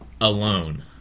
alone